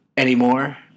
anymore